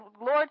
Lord